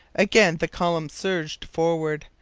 again the columns surged forward,